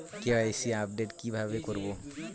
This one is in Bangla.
কে.ওয়াই.সি আপডেট কি ভাবে করবো?